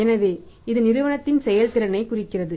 எனவே இது நிறுவனத்தின் செயல்திறனைக் குறிக்கிறது